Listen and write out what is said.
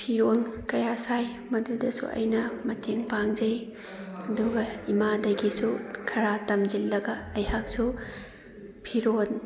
ꯐꯤꯔꯣꯜ ꯀꯌꯥ ꯁꯥꯏ ꯃꯗꯨꯗꯁꯨ ꯑꯩꯅ ꯃꯇꯦꯡ ꯄꯥꯡꯖꯩ ꯑꯗꯨꯒ ꯏꯃꯥꯗꯒꯤꯁꯨ ꯈꯔ ꯇꯝꯁꯤꯜꯂꯒ ꯑꯩꯍꯥꯛꯁꯨ ꯐꯤꯔꯣꯜ